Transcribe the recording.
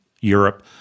Europe